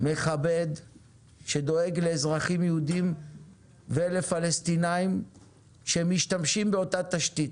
מכבד ושדואג לאזרחים יהודיים ולפלסטינאים שמשתמשים באותה תשתית.